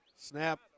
Snap